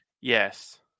Yes